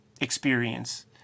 experience